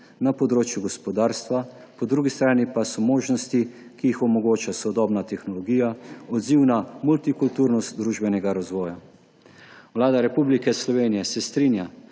na področju gospodarstva, po drugi strani pa so možnosti, ki jih omogoča sodobna tehnologija, odzivna multikulturnost družbenega razvoja. Vlada Republike Slovenije se strinja,